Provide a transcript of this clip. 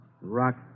Rock